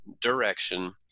direction